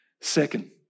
Second